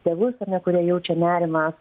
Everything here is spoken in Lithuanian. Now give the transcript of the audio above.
tėvus kurie jaučia nerimą